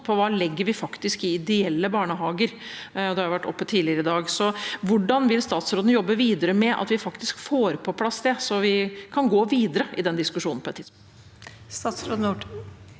vi faktisk legger i ideelle barnehager. Det har vært oppe tidligere i dag. Hvordan vil statsråden jobbe videre med at vi faktisk får det på plass, så vi kan gå videre i den diskusjonen på et tidspunkt?